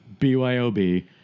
BYOB